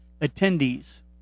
attendees